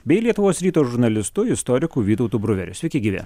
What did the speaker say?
bei lietuvos ryto žurnalistu istoriku vytautu bruveriu sveiki gyvi